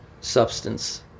substance